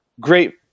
Great